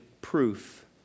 proof